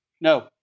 No